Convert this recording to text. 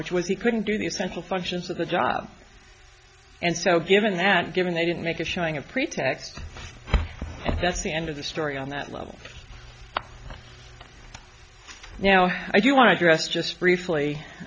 which was he couldn't do the essential functions of the job and so given that given they didn't make a showing a pretext that's the end of the story on that level now i do want to address just briefly